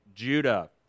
Judah